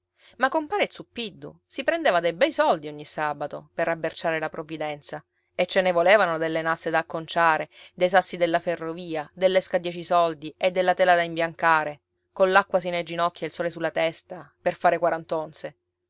sangue ma compare zuppiddu si prendeva dei bei soldi ogni sabato per rabberciare la provvidenza e ce ne volevano delle nasse da acconciare dei sassi della ferrovia dell'esca a dieci soldi e della tela da imbiancare coll'acqua sino ai ginocchi e il sole sulla testa per fare quarant'onze